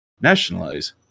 nationalize